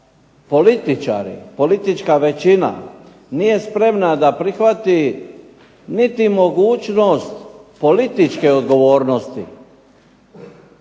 političari, politička većina nije spremna da prihvati niti mogućnost političke odgovornosti